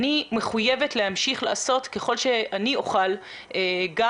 אני מחויבת להמשיך לעשות ככל שאני אוכל גם